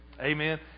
Amen